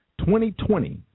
2020